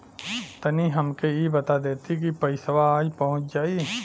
तनि हमके इ बता देती की पइसवा आज पहुँच जाई?